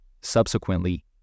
Subsequently